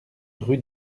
rue